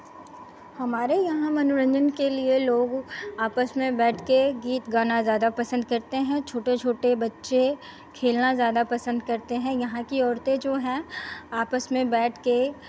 हमारे यहाँ मनोरंजन के लिये लोग आपस में बैठ के गीत गाना ज़्यादा पसंद करते हैं छोटे छोटे बच्चे खेलना ज़्यादा पसंद करते हैं यहाँ की औरतें जो हैं आपस में बैठ के